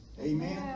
Amen